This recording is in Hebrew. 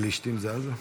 למה, פלישתים זה עזה?